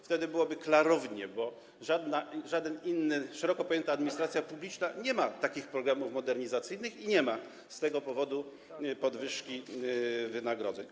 Wtedy byłoby klarownie, bo szeroko pojęta administracja publiczna nie ma takich programów modernizacyjnych i nie ma z tego powodu podwyżek wynagrodzeń.